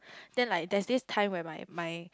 then like there's this time when my my